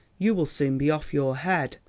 you will soon be off your head.